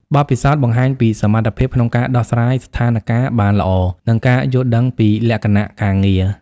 បទពិសោធន៍បង្ហាញពីសមត្ថភាពក្នុងការដោះស្រាយស្ថានការណ៍បានល្អ និងការយល់ដឹងពីលក្ខណៈការងារ។